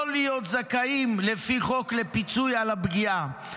להיות זכאים לפי חוק לפיצוי על הפגיעה,